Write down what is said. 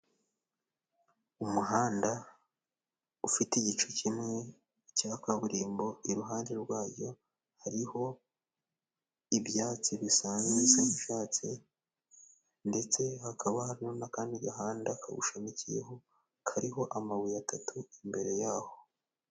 Umuhanda ufite igice kimwe cya kaburimbo, iruhande rwayo hariho ibyatsi bisanzwe, ndetse hakaba hari n'akandi gahanda kawushamikiyeho kariho amabuye atatu imbere yaho.